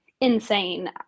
insane